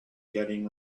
getting